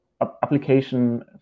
application